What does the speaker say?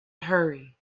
hurry